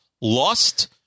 Lost